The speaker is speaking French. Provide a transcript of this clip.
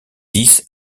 dix